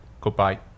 goodbye